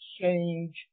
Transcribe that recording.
change